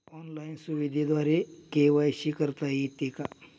Online सुविधेद्वारे KYC करता येते का?